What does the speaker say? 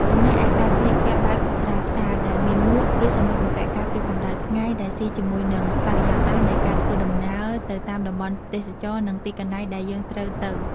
ចំណែកឯការស្លៀកពាក់បែបស្រាលៗដែលមានមួក ឬសម្លៀកបំពាក់ការពារកំដៅថ្ងៃដែលសុីជាមួយនិងបរិយាកាសនៃការធ្វើដំណើរទៅតាមតំបន់ទេសចរនិងទីកន្លែងដែលយើងត្រូវទៅ។